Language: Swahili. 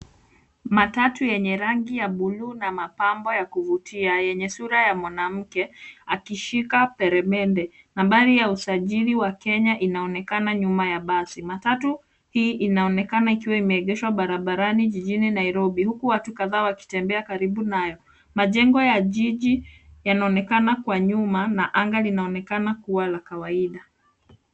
Matatu yenye rangi ya buluu na mapambo ya kuvutia yenye sura ya mwanamke akishika peremende. Nambari ya usajili wa Kenya inaonekana nyuma ya basi. Matatu hii inaonekana ikiwa imeegeshwa barabarani jijini Nairobi huku watu kadhaa wakitembea karibu nayo. Majengo ya jiji yanaonekana kwa nyuma na anga linaonekana kuwa la kawaida.